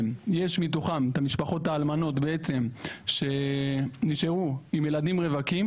יש מתוכם את המשפחות האלמנות שנשארו עם ילדים רווקים